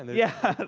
and yeah.